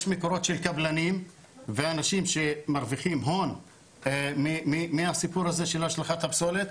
יש מקורות של קבלנים ואנשים שמרוויחים הון מהסיפור הזה של השלכת הפסולת,